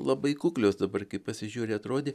labai kuklios dabar kai pasižiūri atrodė